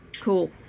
cool